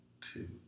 two